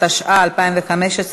התשע"ה 2015,